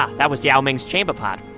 ah that was yao ming's chamber pot